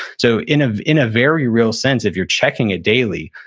so in ah in a very real sense, if you're checking it daily,